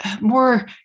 more